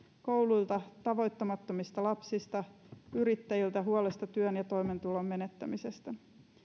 kouluilta tavoittamattomista lapsista yrittäjiltä huolesta työn ja toimeentulon menettämisestä